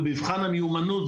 במבחן המיומנות,